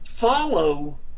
follow